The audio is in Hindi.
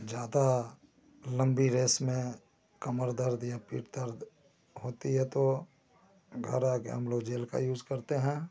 ज़्यादा लम्बी रेस में कमर दर्द या पीठ दर्द होती है तो घर आ कर हम लोग जेल का यूज करते हैं